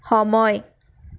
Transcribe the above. সময়